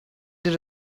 did